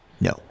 no